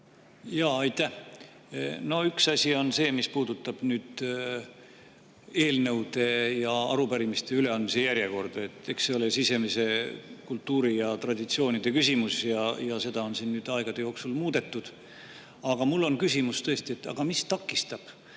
Aitäh! Üks asi on see, mis puudutab eelnõude ja arupärimiste üleandmise järjekorda. Eks see ole sisemise kultuuri ja traditsioonide küsimus ja seda on aegade jooksul muudetud. Aga mul on tõesti küsimus, et mis takistab